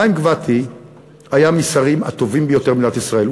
חיים גבתי היה מהשרים הטובים ביותר במדינת ישראל.